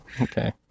Okay